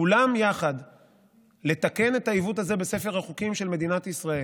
כולם יחד לתקן את העיוות הזה בספר החוקים של מדינת ישראל,